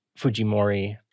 Fujimori